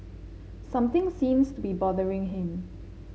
something seems to be bothering him